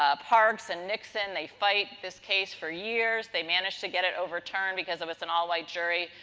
ah parks and nixon, they fight this case for years, they manage to get it overturned because it was an all white jury.